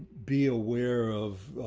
be aware of,